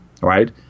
right